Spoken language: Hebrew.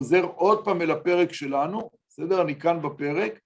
חוזר עוד פעם אל הפרק שלנו, בסדר? אני כאן בפרק.